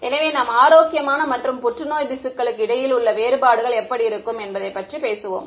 எனவே நாம் ஆரோக்கியமான மற்றும் புற்றுநோய் திசுக்களுக்கு இடையில் உள்ள வேறுபாடுகள் எப்படி இருக்கும் என்பதைப் பற்றி பேசுவோம்